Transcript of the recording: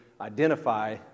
identify